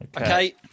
Okay